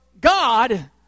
God